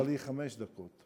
אמרת לי חמש דקות.